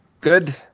Good